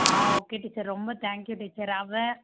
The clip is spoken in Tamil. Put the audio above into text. ஆ ஓகே டீச்சர் ரொம்ப தேங்க்யூ டீச்சர் அவள்